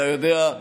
אתה יודע,